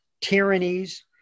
tyrannies